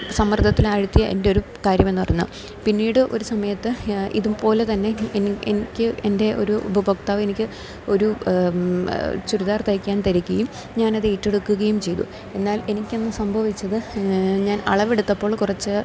സമ്മർദ്ദത്തിലാഴ്ത്തിയ എൻ്റെ ഒരു കാര്യമെന്നു പറഞ്ഞാൽ പിന്നീട് ഒരു സമയത്ത് ഇതുപോലെതന്നെ എനിക്ക് എൻ്റെ ഒരു ഉപഭോക്താവെനിക്ക് ഒരു ചുരിദാർ തയ്ക്കാൻ തരികയും ഞാനത് ഏറ്റെടുക്കുകയും ചെയ്തു എന്നാൽ എനിക്കന്ന് സംഭവിച്ചത് ഞാൻ അളവെടുത്തപ്പോൾ കുറച്ച്